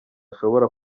ashobora